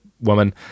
woman